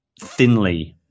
thinly